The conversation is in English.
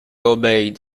obeyed